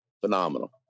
phenomenal